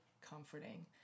comforting